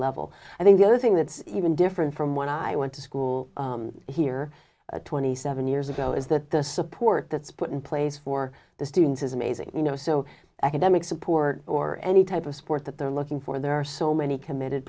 level i think the other thing that's even different from when i went to school here twenty seven years ago is that the support that's put in place for the students is amazing you know so academic support or any type of support that they're looking for there are so many committed